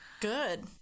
Good